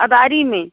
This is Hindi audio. अदारी में